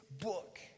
book